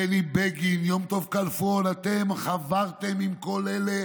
בני בגין, יום טוב חי כלפון, אתם חברתם עם כל אלה